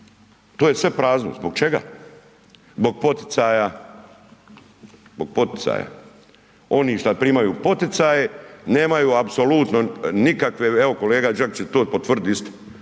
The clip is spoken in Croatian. to je sve prazno, zbog čega? Zbog poticaja. Oni šta primaju poticaje, nemaju apsolutno nikakve, evo kolega Đakić će potvrdit isto,